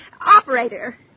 operator